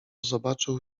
zobaczył